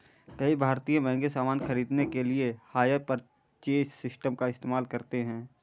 कई भारतीय महंगे सामान खरीदने के लिए हायर परचेज सिस्टम का इस्तेमाल करते हैं